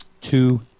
two